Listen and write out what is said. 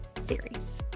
series